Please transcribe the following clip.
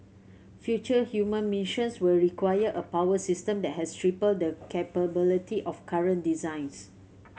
future human missions will require a power system that has triple the capability of current designs